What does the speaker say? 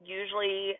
usually